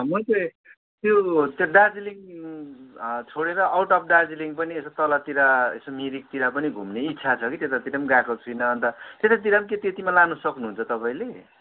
म चाहिँ त्यो त्यो दार्जिलिङ अ छोडेर आउट अफ दार्जिलिङ पनि तलतिर यसो मिरिकतिर पनि घुम्ने इच्छा छ कि त्यतातिर पनि गएको छुइनँ अन्त त्यतातिर पनि के त्यतिमा लानु सक्नुहुन्छ तपाईँले